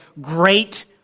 great